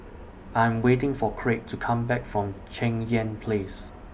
I Am waiting For Kraig to Come Back from Cheng Yan Place